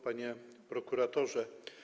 Panie Prokuratorze!